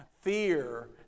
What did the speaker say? Fear